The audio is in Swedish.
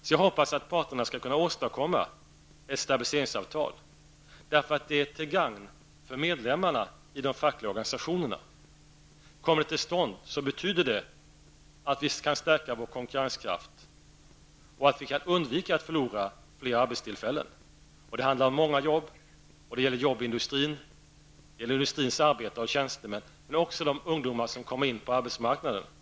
Sedan hoppas jag att parterna skall kunna åstadkomma ett stabiliseringsavtal, därför att det är till gagn för medlemmarna i de fackliga organisationerna. Kommer det till stånd betyder det att vi kan stärka vår konkurrenskraft och att vi kan undvika att förlora fler arbetstillfällen. Det handlar om många jobb, jobb i industrin, arbetare och tjänstemän men också ungdomar som kommer in på arbetsmarknaden.